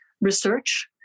research